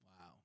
Wow